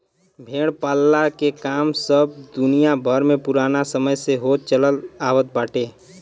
भेड़ पालला के काम सब दुनिया भर में पुराना समय से होत चलत आवत बाटे